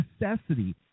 necessity